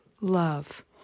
love